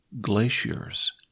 glaciers